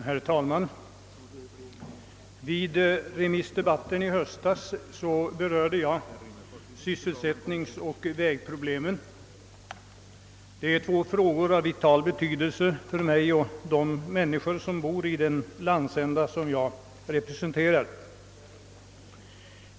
Herr talman! I höstens remissdebatt berörde jag sysselsättningsoch vägproblemen, som är två frågor av vital betydelse för mig och alla dem som bor i den landsända jag representerar.